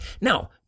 Now